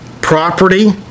property